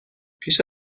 پیش